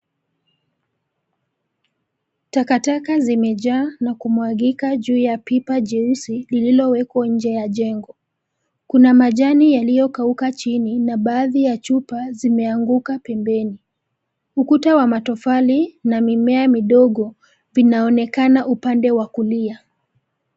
Takataka zimejaa na kumwagika juu ya pipa jeusi, lililowekwa nje ya jengo. Kuna majani yaliyokauka chini na baadhi ya chupa zimeanguka pembeni. Ukuta wa matofali, na mimea midogo vinaonekana upande wa kulia.